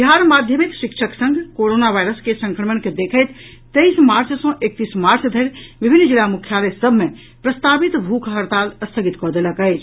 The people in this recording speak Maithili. बिहार माध्यमिक शिक्षक संघ कोरोना वायरस के संक्रमण के देखैत तेईस मार्च सँ एकतीस मार्च धरि विभिन्न जिला मुख्यालय सभ मे प्रस्तावित भूख हड़ताल स्थगित कऽ देलक अछि